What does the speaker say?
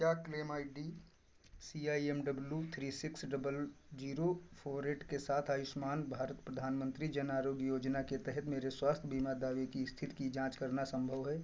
क्या claim I D C I M W three six double zero four eight के साथ आयुष्मान भारत प्रधानमन्त्री जन आरोग्य योजना के तहत मेरे स्वास्थ्य बीमा दावे की इस्थिति की जाँच करना सम्भव है